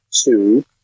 two